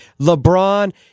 LeBron